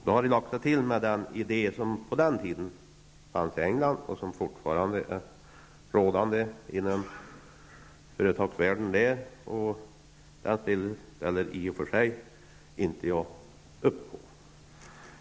De har lagt sig till med en idé som på den tiden gällde i England och som fortfarande är rådande inom företagsvärlden där. Men den idén ställer jag inte upp på.